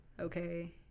okay